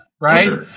right